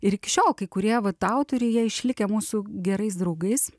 ir iki šiol kai kurie vat autoriai jie išlikę mūsų gerais draugais